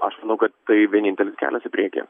aš manau kad tai vienintelis kelias į priekį